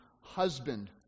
husband